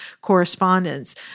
correspondence